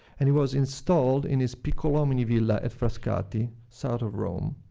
and it was installed in his piccolomini villa at frascati, south of rome,